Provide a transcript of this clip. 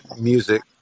music